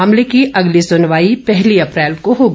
मामले की अगली सुनवाई पहली अप्रैल को होगी